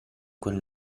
quel